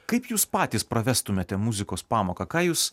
kaip jūs patys pravestumėte muzikos pamoką ką jūs